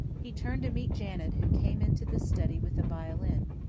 he turned to meet janet, who came into the study with a violin.